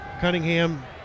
Cunningham